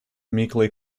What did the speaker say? meekly